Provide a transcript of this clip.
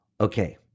Okay